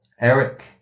Eric